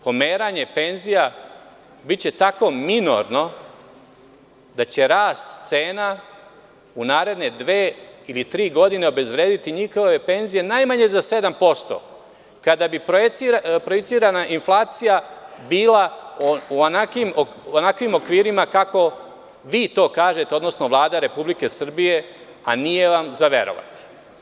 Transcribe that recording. Pomeranje penzija biće tako minorno da će rast cena u naredne dve ili tri godine obezvrediti njihove penzije najmanje za 7%, kada bi projektirana inflacija bila u onakvim okvirima kako vi to kažete, odnosno VladaRepublike Srbije, a nije vam za verovati.